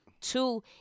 Two